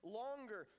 longer